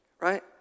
right